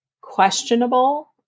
questionable